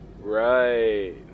Right